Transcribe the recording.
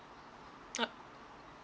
ah